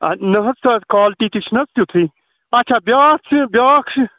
نہَ حظ سَر کالٹی تہِ چھِناہ حظ تِتھُے اَچھا بیٛاکھ چھُ بیٛاکھ چھُ